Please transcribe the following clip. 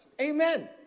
Amen